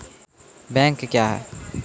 Bank क्या हैं?